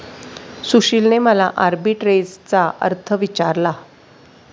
सुशीलने मला आर्बिट्रेजचा अर्थ विचारला